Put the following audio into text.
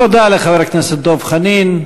תודה לחבר הכנסת דב חנין.